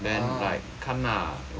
ah